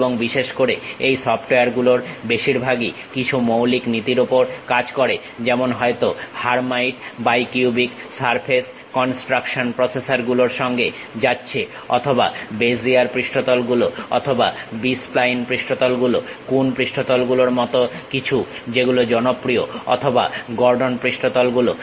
এবং বিশেষ করে এই সফটওয়্যার গুলোর বেশির ভাগই কিছু মৌলিক নীতির উপর কাজ করে যেমন হয়তো Hermite bicubic surface construction processor গুলোর সঙ্গে যাচ্ছে অথবা বেজিয়ার পৃষ্ঠতল গুলো অথবা B স্প্লাইন পৃষ্ঠতল গুলো কুন পৃষ্ঠতল গুলোর মত কিছু যেগুলো জনপ্রিয় অথবা গর্ডন পৃষ্ঠতল গুলো